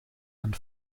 and